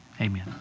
Amen